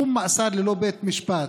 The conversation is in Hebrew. שום מאסר ללא בית משפט,